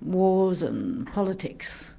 wars and politics,